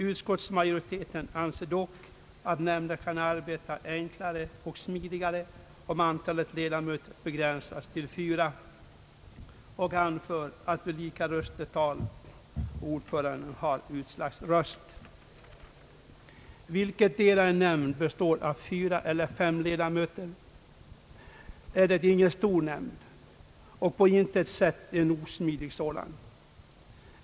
Utskottsmajoriteten anser dock att nämnden kan arbeta enklare och smidigare om antalet ledamöter begränsas till fyra och anför att vid lika röstetal ordföranden har utslagsröst. Vare sig nämnden består av fyra eller fem ledamöter är den inte stor och på intet sätt osmidig.